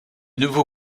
nouveau